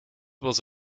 was